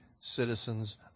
citizens